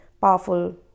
powerful